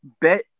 bet